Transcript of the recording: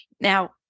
Now